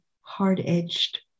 hard-edged